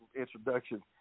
introduction